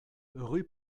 rue